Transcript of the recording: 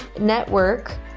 network